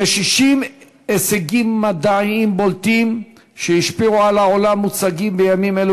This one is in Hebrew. כ-60 הישגים מדעיים בולטים שהשפיעו על העולם מוצגים בימים אלו